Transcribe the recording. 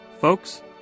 Folks